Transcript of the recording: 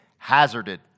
Hazarded